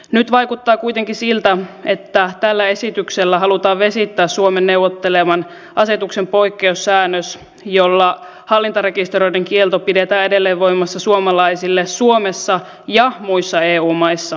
nyt vaikuttaa kuitenkin siltä että tällä esityksellä halutaan vesittää suomen neuvotteleman asetuksen poikkeussäännös jolla hallintarekisteröinnin kielto pidetään edelleen voimassa suomalaisille suomessa ja muissa eu maissa